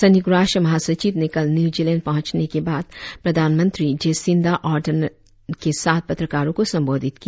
संयुक्त राष्ट्र महासचिव ने कल न्यूजीलैंड पहुंचने के बाद प्रधानमंत्री जैसिंदा आर्डर्न के साथ पत्रकारों को संबोधित किया